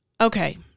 Okay